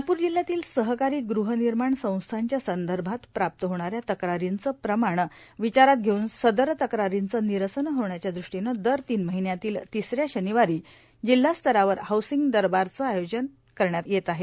नागपूर जिल्हयातील सहकारी गृहनिर्माण संस्थांच्या संदर्भात प्राप्त होणाऱ्या तक्रारीचं प्रमाण विचारात घेवून सदर तक्रारीचं निरसन होण्याच्या दृष्टीनं दर तीन महिन्यातील तिसऱ्या शनिवारी जिल्हास्तरावर हाऊसिंग दरबारच आयोजन करण्यात येत आहे